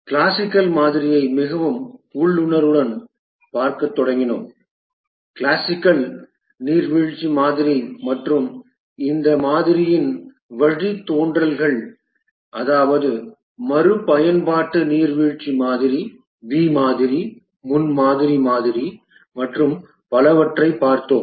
classical மாதிரியை மிகவும் உள்ளுணர்வுடன் பார்க்கத் தொடங்கினோம் கிளாசிக்கல் நீர்வீழ்ச்சி மாதிரி மற்றும் இந்த மாதிரியின் வழித்தோன்றல்கள் அதாவது மறுபயன்பாட்டு நீர்வீழ்ச்சி மாதிரி வி மாதிரி முன்மாதிரி மாதிரி மற்றும் பலவற்றைப் பார்த்தோம்